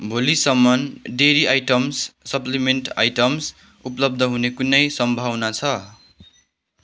भोलिसम्म dairy items supplement items उपलब्ध हुने कुनै सम्भावना छ